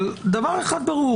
דבר אחד ברור